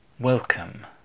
welcome